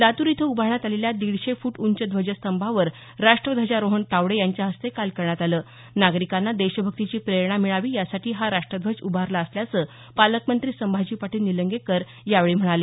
लातूर इथं उभारण्यात आलेल्या दीडशे फूट उंच ध्वजस्तंभावर राष्ट्रध्वजारोहण तावडे यांच्या हस्ते काल करण्यात आलं नागरिकांना देशभक्तीची प्रेरणा मिळावी यासाठी हा राष्ट्रध्वज उभारला असल्याचं पालकमंत्री संभाजी पाटील निलंगेकर यावेळी म्हणाले